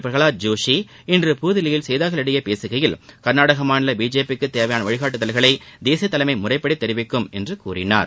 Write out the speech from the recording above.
பிரகலாத் ஜோஷி இன்று புதுதில்லியில் செய்தியாளர்களிடம் பேசுகையில் கள்நாடக மாநில பிஜேபிக்கு தேவையான வழிகாட்டுதல்களை தேசிய தலைமை முறைப்படி தெரிவிக்கும் என்றும் கூறினார்